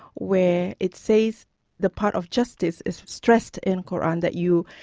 where it says the part of justice is stressed in qur'an that you,